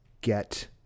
Get